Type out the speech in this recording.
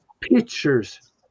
pictures